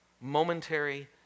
momentary